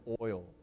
oil